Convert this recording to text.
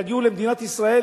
יגיעו למדינת ישראל